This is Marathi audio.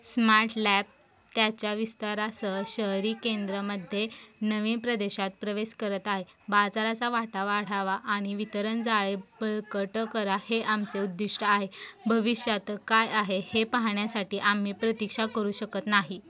स्मार्ट लॅब त्याच्या विस्तारासह शहरी केंद्रामध्ये नवी प्रदेशात प्रवेश करत आहे बाजाराचा वाटा वाढावा आणि वितरण जाळे बळकट करा हे आमचे उद्दिष्ट आहे भविष्यात काय आहे हे पाहण्यासाठी आम्ही प्रतीक्षा करू शकत नाही